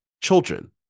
children